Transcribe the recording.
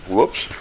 Whoops